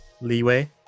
leeway